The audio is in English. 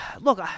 look